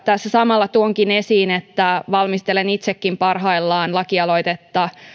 tässä samalla tuonkin esiin että valmistelen itsekin parhaillaan lakialoitetta